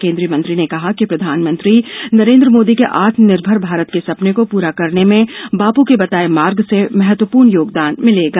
केन्द्रीय मंत्री ने कहा कि प्रधानमंत्री नरेन्द्र मोदी के आत्मनिर्भर भारत के सपने को पूरा करने में बापू के बताये मार्ग से महत्वपूर्ण योगदान मिलेगा